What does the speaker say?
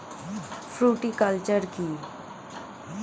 Fruticulture কী?